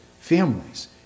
families